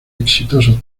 exitosos